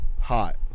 hot